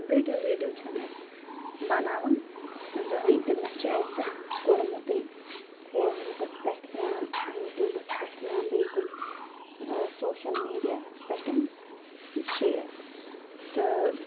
video video چھِنہٕ أسۍ بناوان زٕہنۍ تہٕ نَہ چھِ اسہِ زانہہ کوٚرمُتٔے فیس بُکَس پٮ۪ٹھ یا یوٹیوٗبَس پٮ۪ٹھ یا بیٚیہِ کُنہِ سوشَل میڈیاہَس پٮ۪ٹھ شیر تہٕ